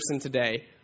today